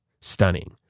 stunning